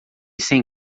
sem